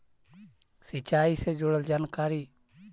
सिंचाई से जुड़ल जानकारी?